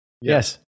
Yes